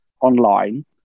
online